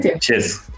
cheers